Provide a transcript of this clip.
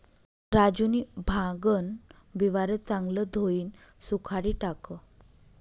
राजूनी भांगन बिवारं चांगलं धोयीन सुखाडी टाकं